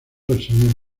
reseñas